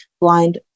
blind